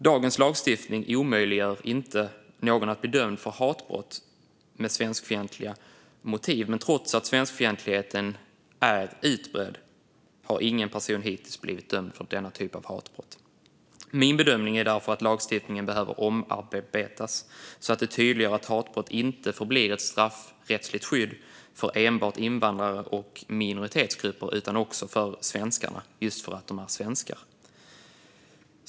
Dagens lagstiftning omöjliggör inte att någon blir dömd för hatbrott med svenskfientliga motiv, men trots att svenskfientligheten är utbredd har ingen person hittills blivit dömd för denna typ av hatbrott. Min bedömning är därför att lagstiftningen behöver omarbetas så att det tydliggörs att hatbrott inte ska vara ett straffrättsligt skydd enbart för invandrare och minoritetsgrupper utan att det också ska gälla svenskarna, just för att de är svenskar.